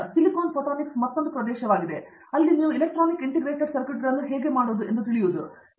silicon photonics ಮತ್ತೊಂದು ಪ್ರದೇಶವಾಗಿದೆ ಅಲ್ಲಿ ನೀವು ನಿಮ್ಮ ಎಲೆಕ್ಟ್ರಾನಿಕ್ ಇಂಟಿಗ್ರೇಟೆಡ್ ಸರ್ಕ್ಯೂಟ್ಗಳನ್ನು ಹೇಗೆ ಹೊಂದಿದ್ದೀರಿ ಎಂದು ನಿಮಗೆ ತಿಳಿದಿರುವುದು